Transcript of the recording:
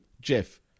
Jeff